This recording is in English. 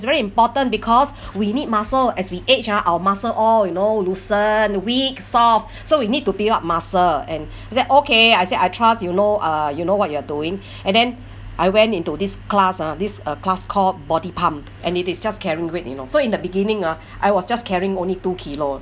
it's very important because we need muscle as we age ah our muscle all you know loosen weak soft so we need to build up muscle and I say okay I say I trust you know uh you know what you're doing and then I went into this class ah this uh class called body pump and it is just carrying weight you know so in the beginning ah I was just carrying only two kilo